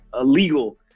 illegal